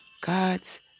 God's